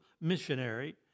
missionary